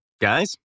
guys